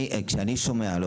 כשאני שומע,